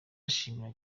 ashimira